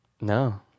no